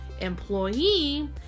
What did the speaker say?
employee